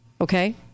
okay